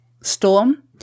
storm